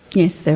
yes, there